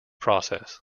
process